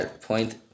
point